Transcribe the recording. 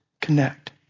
connect